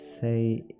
say